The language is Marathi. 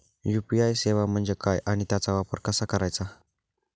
यू.पी.आय सेवा म्हणजे काय आणि त्याचा वापर कसा करायचा?